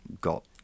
got